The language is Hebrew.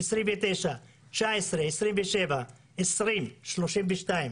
29, 2019 27, 2020 32,